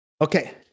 Okay